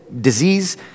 disease